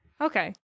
Okay